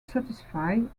satisfied